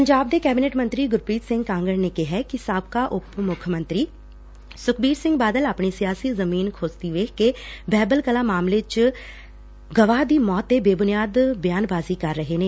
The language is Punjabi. ਪੰਜਾਬ ਦੇ ਕੈਬਨਿਟ ਮੰਤਰੀ ਗੁਰਪ੍ਰੀਤ ਸਿੰਘ ਕਾਂਗਤ ਨੇ ਕਿਹੈ ਕਿ ਸਾਬਕਾ ਉਪ ਮੁੱਖ ਮੰਤਰੀ ਸੁਖਬੀਰ ਸਿੰਘ ਬਾਦਲ ਆਪਣੀ ਸਿਆਸੀ ਜ਼ਮੀਨ ਖੁਸਦੀ ਵੇਖ ਕੇ ਬਹਿਬਲਾ ਕਲਾਂ ਮਾਮਲੇ ਚ ਗਵਾਹ ਦੀ ਮੌਤ ਤੇ ਬੇਬੁਨਿਆਦ ਬਿਆਨਬਾਜ਼ੀ ਕਰ ਰਹੇ ਨੇ